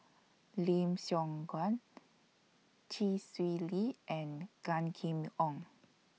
Lim Siong Guan Chee Swee Lee and Gan Kim Yong